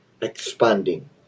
expanding